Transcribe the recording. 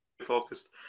focused